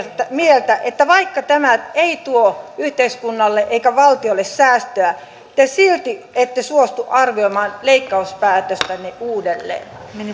mieltä että vaikka tämä ei tuo yhteiskunnalle eikä valtiolle säästöä te silti ette suostu arvioimaan leikkauspäätöstänne uudelleen